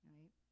Right